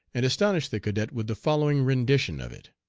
and astonished the cadet with the following rendition of it